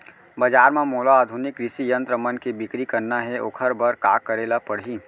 बजार म मोला आधुनिक कृषि यंत्र मन के बिक्री करना हे ओखर बर का करे ल पड़ही?